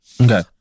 okay